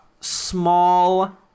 small